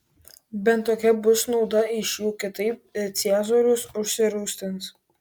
bent tokia bus nauda iš jų kitaip ciesorius užsirūstins